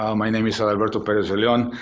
um my name is adalberto perez de leon.